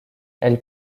elle